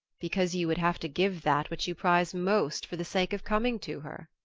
because you would have to give that which you prize most for the sake of coming to her.